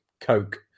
Coke